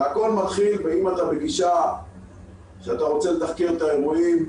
הכול מתחיל בשאלה האם אתה בגישה שאתה רוצה לתחקר את האירועים,